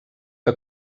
que